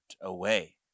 away